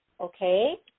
Okay